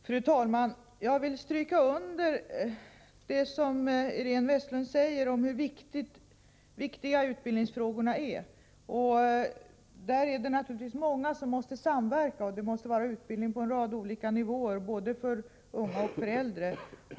Fru talman! Jag vill stryka under det som Iréne Vestlund sade om hur viktiga utbildningsfrågorna är. Det är naturligtvis många som måste samverka och vi måste erbjuda utbildning på en rad olika nivåer, både för unga och för äldre.